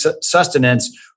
sustenance